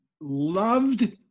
loved